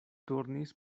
turnis